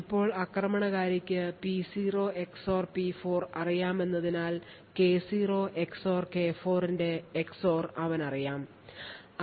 ഇപ്പോൾ ആക്രമണകാരിക്ക് P0 XOR P4 അറിയാമെന്നതിനാൽ K0 XOR K4 ന്റെ XOR അവനറിയാം